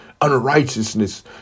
unrighteousness